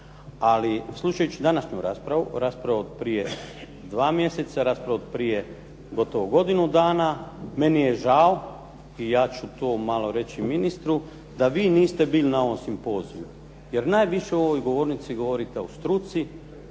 Ali slušajući današnju raspravu, raspravu od prije 2 mjeseca, raspravu od prije gotovo godinu dana meni je žao i ja ću tu malo reći ministru da vi niste bili na ovom simpoziju, jer najviše u ovoj govornici govorite o struci